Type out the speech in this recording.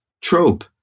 trope